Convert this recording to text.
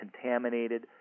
contaminated